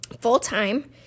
full-time